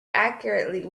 accurately